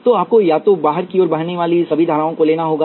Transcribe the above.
तो आपको या तो बाहर की ओर बहने वाली सभी धाराओं को लेना होगा